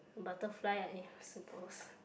butterfly and if you suppose